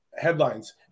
headlines